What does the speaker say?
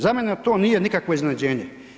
Za mene to nije nikakvo iznenađenje.